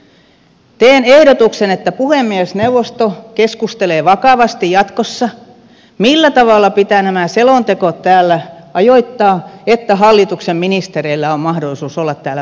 teen ehdotuksen että puhemiesneuvosto keskustelee vakavasti jatkossa millä tavalla pitää nämä selonteot täällä ajoittaa että hallituksen ministereillä on mahdollisuus olla täällä paikalla